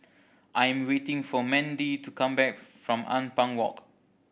I am waiting for Mandie to come back from Ampang Walk